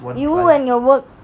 you and your work